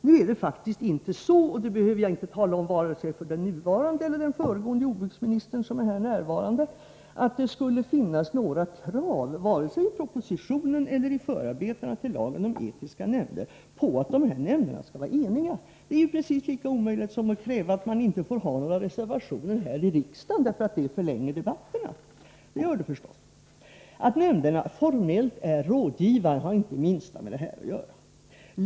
Nu finns det faktiskt inte — vilket jag inte behöver tala om vare sig för den nuvarande eller för den föregående jordbruksministern, som är här närvarande — några krav, i propositionen eller i förarbetena till lagen om etiska nämnder, på att dessa nämnder skall vara eniga. Det vore precis lika omöjligt som att kräva att det inte får förekomma några reservationer i riksdagen därför att det förlänger debatterna, vilket det förstås gör. Att nämnderna formellt är rådgivande har inte det minsta med detta att göra.